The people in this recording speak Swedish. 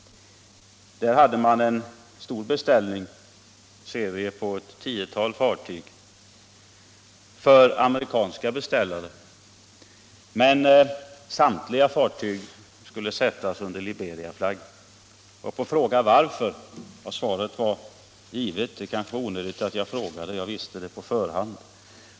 Där hade man fått en stor order. Det gällde en serie på ett tiotal fartyg för amerikanska beställare. Men samtliga fartyg skulle sättas under Liberiaflagg. Jag frågade varför. Svaret var givet. Det var onödigt att jag frågade. Jag visste det på förhand.